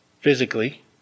physically